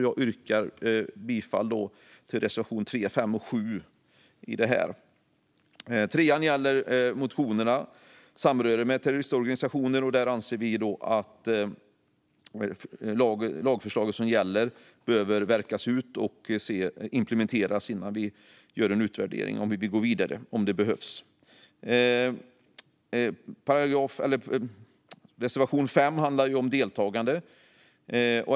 Jag yrkar bifall till reservationerna 3, 5 och 7. Reservation 3 gäller motionerna om samröre med terroristorganisationer, och där anser vi att det lagförslag som gäller behöver verkas ut och implementeras innan vi gör en utvärdering om att gå vidare om det behövs. Reservation 5 handlar om deltagande.